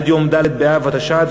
עד יום ד' באב התשע"ד,